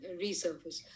resurface